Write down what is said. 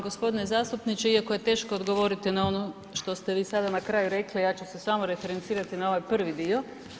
Gospodine zastupniče, iako je teško odgovoriti na ono što ste vi sada na kraju rekli ja ću se samo referencirati na ovaj prvi dio.